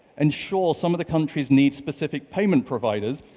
and sure, some of the countries need specific payment providers,